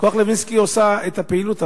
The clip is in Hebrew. עושה את הפעילות,